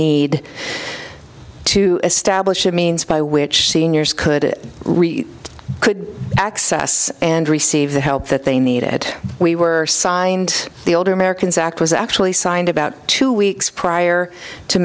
need to establish a means by which seniors could it could access and receive the help that they needed we were signed the older americans act was actually signed about two weeks prior to